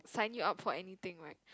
sign you up for anything right